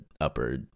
upper